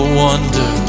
wonder